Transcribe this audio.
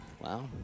Wow